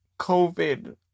COVID